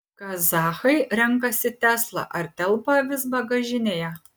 kazachai renkasi tesla ar telpa avis bagažinėje